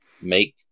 make